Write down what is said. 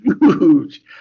huge